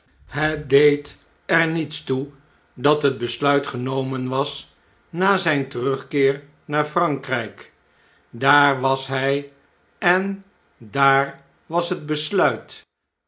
het deed er niets toe dat het besluit genomen was na zjjn terusrkeer naar frankrijk daar was hjj en daar was het besluit